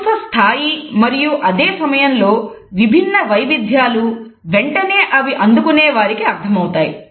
ప్రశంస స్థాయి మరియు అదే సమయంలో విభిన్న వైవిధ్యాలు వెంటనే అవి అందుకునే వారికీ అర్థమవుతాయి